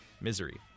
misery